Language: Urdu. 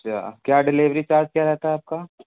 اچھا کیا ڈلیوری چارج کیا رہتا ہے آپ کا